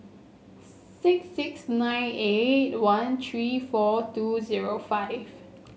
six six nine eight one three four two zero five